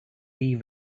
leave